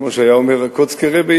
כמו שהיה אומר הקוצקער רבי,